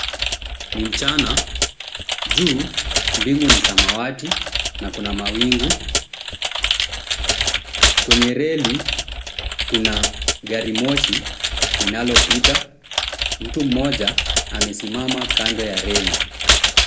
Ni mchana, juu mbingu ni samawati na kuna mawingu kwenye reli kuna gari moshi linalopita, mtu mmoja amesimama kando ya reli.